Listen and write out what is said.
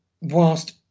whilst